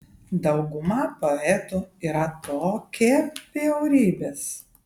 dauguma poetų yra tokie bjaurybės